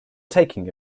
taking